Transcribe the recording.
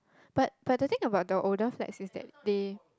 but but the thing about the older flats is that they